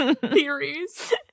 theories